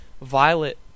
Violet